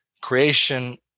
creation